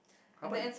how about